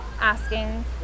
asking